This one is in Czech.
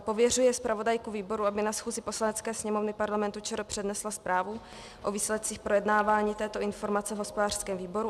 Pověřuje zpravodajku výboru, aby na schůzi Poslanecké sněmovny Parlamentu ČR přednesla zprávu o výsledcích projednávání této informace v hospodářském výboru.